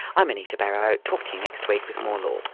i'm anita barraud, talk to you next week with more law